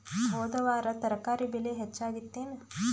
ಹೊದ ವಾರ ತರಕಾರಿ ಬೆಲೆ ಹೆಚ್ಚಾಗಿತ್ತೇನ?